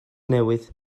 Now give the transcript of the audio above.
newydd